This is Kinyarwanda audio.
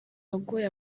wagoye